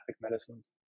medicines